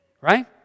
right